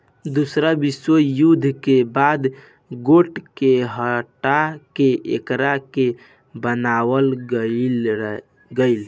दूसरा विश्व युद्ध के बाद गेट के हटा के एकरा के बनावल गईल